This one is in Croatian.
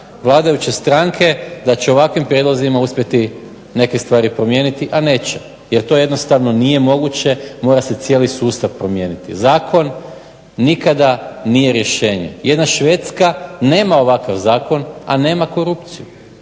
vladajuće stranke da će ovakvim prijedlozima uspjeti neke stvari promijeniti, a neće jer to jednostavno nije moguće, mora se cijeli sustav promijeniti. Zakon nikada nije rješenje. Jedna Švedska nema ovakav zakon, a nema korupciju